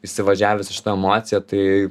įsivažiavęs į šitą emociją tai